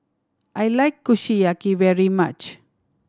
I like Kushiyaki very much